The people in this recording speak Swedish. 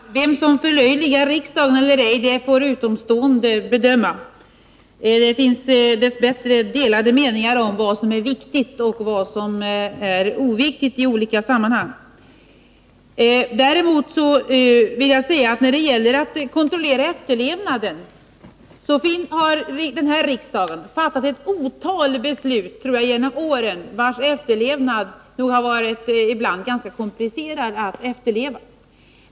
Fru talman! Vem som förlöjligar riksdagen eller ej får utomstående bedöma. Det finns dess bättre delade meningar om vad som är viktigt och vad som är oviktigt i olika sammanhang. När det gäller efterlevnaden vill jag framhålla, att riksdagen har fattat ett otal beslut genom åren, vilkas efterlevnad det nog ibland har varit ganska komplicerat att kontrollera.